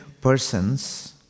persons